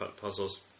puzzles